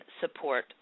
support